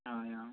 হয় অঁ